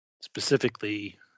Specifically